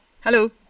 Hello